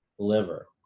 liver